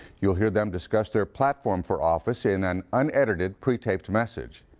you'll hear them discuss their platform for officein an unedited, pretaped message.